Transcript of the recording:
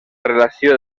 relació